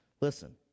Listen